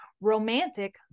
romantic